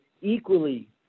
equally